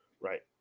Right